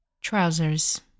trousers